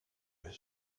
his